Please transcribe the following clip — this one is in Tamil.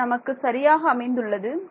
இது நமக்கு சரியாக அமைந்துள்ளது